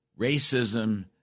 racism